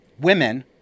women